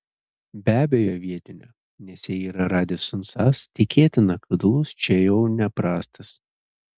be abejo vietinio nes jei yra radisson sas tikėtina kad alus čia jau neprastas